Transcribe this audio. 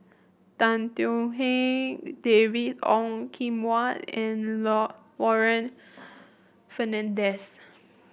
Tan Thuan Heng David Ong Kim Huat and law Warren Fernandez